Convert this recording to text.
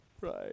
Right